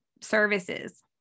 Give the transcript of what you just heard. services